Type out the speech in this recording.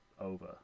over